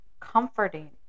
comforting